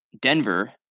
Denver